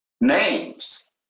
names